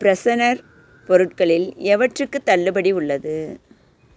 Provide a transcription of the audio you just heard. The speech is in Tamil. ஃப்ரெஷனர் பொருட்களில் எவற்றுக்கு தள்ளுபடி உள்ளது